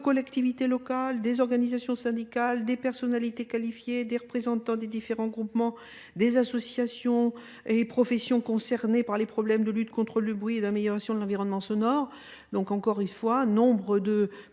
collectivités locales, des organisations syndicales, des personnalités qualifiées, des représentants des différents groupements des associations et professions concernées par les problèmes de lutte contre le bruit et d'amélioration de l'environnement sonore. Donc encore une fois, nombre de